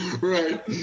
Right